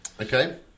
Okay